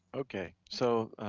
okay, so